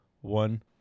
one